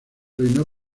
reino